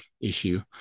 issue